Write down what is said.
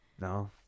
No